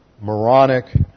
moronic